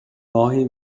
گاهی